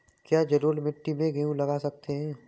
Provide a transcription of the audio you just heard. क्या जलोढ़ मिट्टी में गेहूँ लगा सकते हैं?